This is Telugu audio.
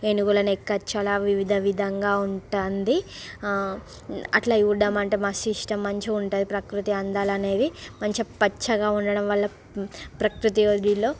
ఏనుగులను ఎక్కచ్చు అలా వివిధ విధంగా ఉంటుంది అట్ల చూడడం అంటే మస్తు ఇష్టం మంచిగా ఉంటుంది ప్రకృతి అందాలు అనేవి మంచి పచ్చగా ఉండడంవల్ల ప్రకృతి ఒడిలో